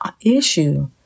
issue